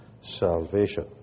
salvation